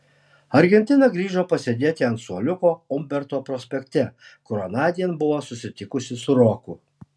argentina grįžo pasėdėti ant suoliuko umberto prospekte kur anądien buvo susitikusi su roku